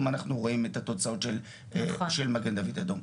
אנחנו רואים את התוצאות של מגן דוד אדום,